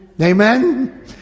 Amen